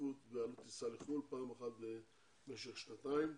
השתתפות בעלות טיסה לחו"ל פעם אחת במשך שנתיים.